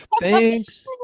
thanks